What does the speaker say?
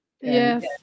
Yes